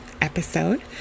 episode